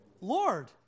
Lord